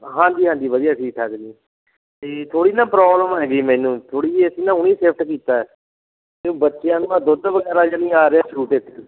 ਹਾਂਜੀ ਹਾਂਜੀ ਵਧੀਆ ਠੀਕ ਠਾਕ ਜੀ ਅਤੇ ਥੋੜ੍ਹੀ ਜਿਹੀ ਨਾ ਪ੍ਰੋਬਲਮ ਹੈਗੀ ਮੈਨੂੰ ਥੋੜ੍ਹੀ ਜਿਹੀ ਅਸੀਂ ਨਾ ਹੁਣੀ ਸ਼ਿਫਟ ਕੀਤਾ ਅਤੇ ਬੱਚਿਆਂ ਨੂੰ ਮੈਂ ਦੁੱਧ ਵਗੈਰਾ ਜਿਹਾ ਨਹੀਂ ਆ ਰਿਹਾ ਸੂਟ ਇੱਥੇ